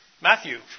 Matthew